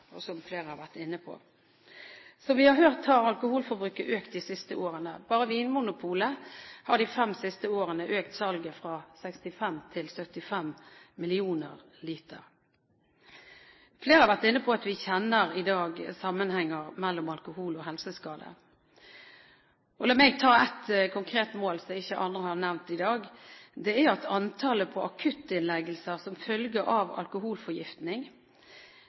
som flere har vært inne på. Som vi har hørt, har alkoholforbruket økt de siste årene. Bare Vinmonopolet har de fem siste årene økt salget fra 65 millioner liter til 75 millioner liter. Flere har vært inne på at vi i dag kjenner sammenhengen mellom alkohol og helseskade. La meg nevne et konkret mål på det som ikke andre har nevnt i dag, og det er at antallet akuttinnleggelser som følge av alkoholforgiftning